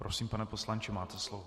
Prosím, pane poslanče, máte slovo.